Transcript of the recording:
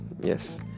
Yes